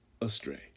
astray